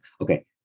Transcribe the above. Okay